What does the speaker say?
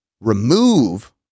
remove